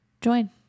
Join